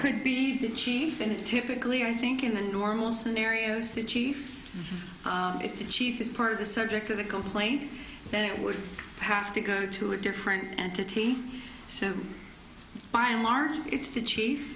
could be the chief in a typically i think in the normal scenarios the chief if the chief is part of the subject of the complaint then it would have to go to a different entity so by and large it's the chief